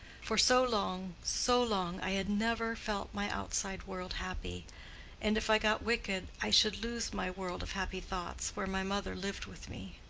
for so long, so long i had never felt my outside world happy and if i got wicked i should lose my world of happy thoughts where my mother lived with me.